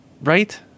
Right